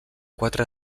quatre